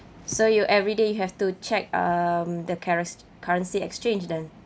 so you every day you have to check the cares~ currency exchange then